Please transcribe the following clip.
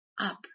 up